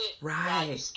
Right